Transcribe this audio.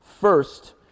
First